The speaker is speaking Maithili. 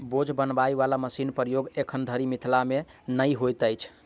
बोझ बनबय बला मशीनक प्रयोग एखन धरि मिथिला मे नै होइत अछि